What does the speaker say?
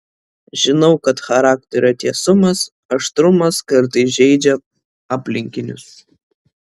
žinau kad charakterio tiesumas aštrumas kartais žeidžia aplinkinius